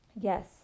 Yes